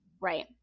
Right